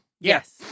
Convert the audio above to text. Yes